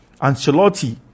Ancelotti